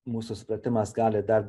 mūsų supratimas gali dar